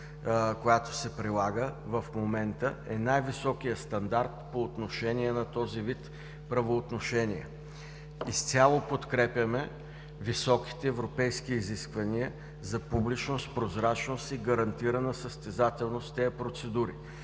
която се прилага в момента, е най-високият стандарт по отношение на този вид правоотношения. Изцяло подкрепяме високите европейски изисквания за публичност, прозрачност и гарантирана състезателност в тези процедури.